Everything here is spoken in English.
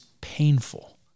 painful